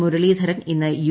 മുരളീധരൻ ഇന്ന് യു